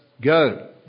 go